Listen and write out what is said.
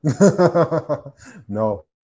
No